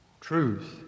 truth